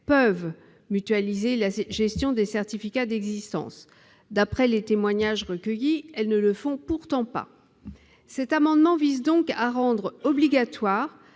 peuvent mutualiser la gestion des certificats d'existence. D'après les témoignages recueillis, elles ne le font pourtant pas. Cet amendement vise donc à rendre obligatoire